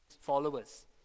followers